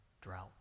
drought